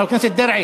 חבר הכנסת דרעי,